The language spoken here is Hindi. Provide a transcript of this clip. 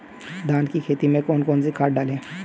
धान की खेती में कौन कौन सी खाद डालें?